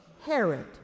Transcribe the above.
Herod